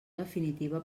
definitiva